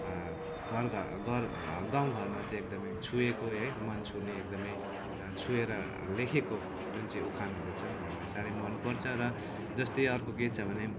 गल गर गाउँघरमा चाहिँ एकदमै छोएको है मन छुने एकदमै छोएर लेखेको जुन चाहिँ उखानहरू छ हामीलाई साह्रै मन पर्छ र जस्तै अर्को के छ भने